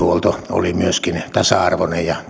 oli myöskin tasa arvoinen ja